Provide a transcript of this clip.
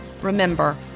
Remember